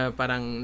parang